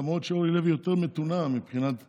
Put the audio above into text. למרות שאורלי לוי יותר מתונה מבחינת העמדות שלה.